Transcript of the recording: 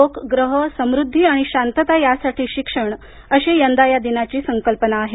लोक यह समृद्धी आणि शांतता यासाठी शिक्षण अशी यंदा या दिनाची संकल्पना आहे